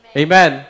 amen